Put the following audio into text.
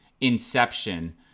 inception